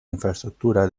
infraestructura